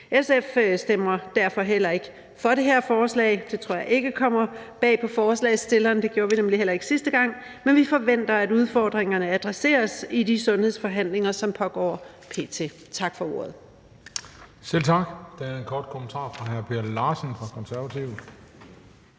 SF stemmer derfor heller ikke for det her forslag – det tror jeg ikke kommer bag på forslagsstillerne, for det gjorde vi nemlig heller ikke sidste gang – men vi forventer, at udfordringerne adresseres i de sundhedsforhandlinger, som p.t. pågår. Tak for ordet.